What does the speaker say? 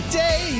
day